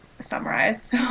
summarize